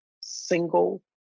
single